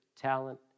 talent